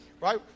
Right